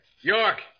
York